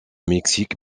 mexique